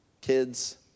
kids